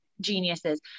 geniuses